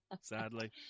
Sadly